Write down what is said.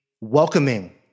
welcoming